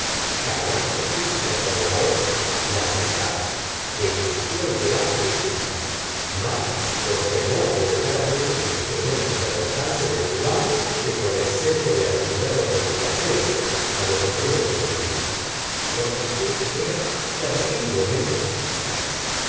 y yo cargando júpiter con la hoz y las azadas que insistió en llevar él mismo más por temor de dejar aquellos instrumentos al alcance de su amo que por exceso de actividad o complacencia a lo que pude presumir su actitud era terriblemente suspicaz